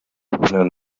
ein